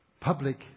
public